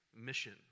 mission